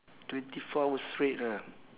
twenty four hour straight ah